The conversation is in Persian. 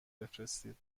بفرستید